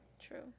True